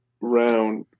round